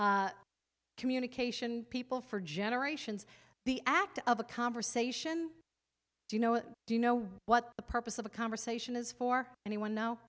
communication people for generations the act of a conversation do you know do you know what the purpose of a conversation is for anyone no